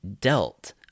dealt